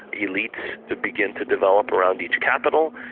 elites begin to develop around each capital.